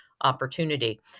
opportunity